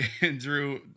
Andrew